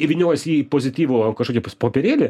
įvyniojusi į pozityvo kažkokį popierėlį